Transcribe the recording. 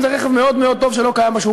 אם זה רכב מאוד מאוד טוב שלא קיים בשוק,